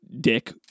dick